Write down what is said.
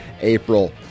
April